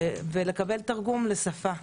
ולקבל תרגום לשפה.